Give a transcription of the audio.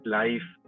life